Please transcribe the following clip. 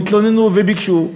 והתלוננו וביקשו.